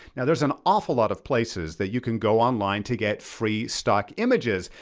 now there's an awful lot of places that you can go online to get free stock images.